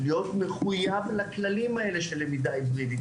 להיות מחויב לכללים האלה של למידה היברידית.